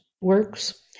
works